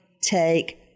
take